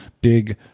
big